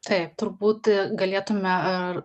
taip turbūt galėtume